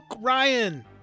Ryan